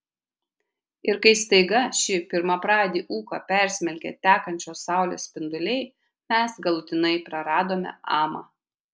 ir kai staiga šį pirmapradį ūką persmelkė tekančios saulės spinduliai mes galutinai praradome amą